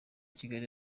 kigali